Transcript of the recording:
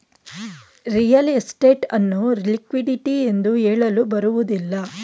real estate ಅನ್ನು liquidity ಎಂದು ಹೇಳಲು ಬರುವುದಿಲ್ಲ